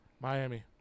Miami